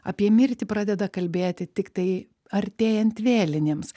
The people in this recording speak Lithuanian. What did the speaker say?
apie mirtį pradeda kalbėti tiktai artėjant vėlinėms